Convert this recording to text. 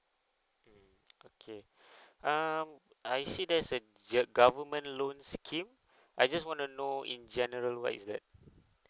mm okay um I see there is a gov~ government loans scheme I just want to know in general what is that